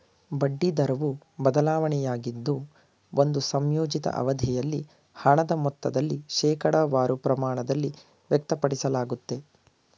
ಬಡ್ಡಿ ದರವು ಬದಲಾವಣೆಯಾಗಿದ್ದು ಒಂದು ಸಂಯೋಜಿತ ಅವಧಿಯಲ್ಲಿ ಹಣದ ಮೊತ್ತದಲ್ಲಿ ಶೇಕಡವಾರು ಪ್ರಮಾಣದಲ್ಲಿ ವ್ಯಕ್ತಪಡಿಸಲಾಗುತ್ತೆ